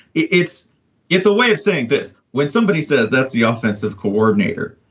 it's it's a way of saying this. when somebody says that's the offensive coordinator,